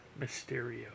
Mysterio